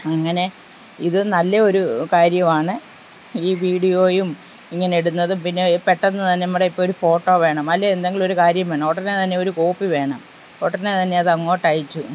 അങ്ങനെ ഇത് നല്ല ഒരു കാര്യമാണ് ഈ വീഡിയോയും ഇങ്ങനെ ഇടുന്നതും പിന്നെ ഈ പെട്ടെന്ന് തന്നെ നമ്മുടെ ഇപ്പോൾ ഒരു ഫോട്ടോ വേണം അല്ലെങ്കിൽ എന്തെങ്കിലുമൊരു കാര്യം വേണം ഉടനെ തന്നെ ഒരു കോപ്പി വേണം ഉടനെ തന്നെ അതങ്ങോട്ടയച്ചു